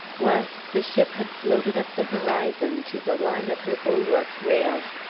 whilst the ship had floated up the horizon to the line of her bulwark rails,